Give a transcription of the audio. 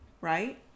right